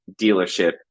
dealership